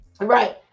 Right